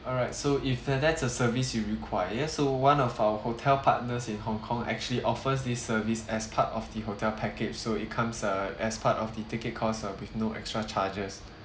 alright so if th~ that's a service you require so one of our hotel partners in hong kong actually offers this service as part of the hotel package so it comes uh as part of the ticket cost uh with no extra charges